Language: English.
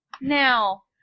Now